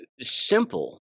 simple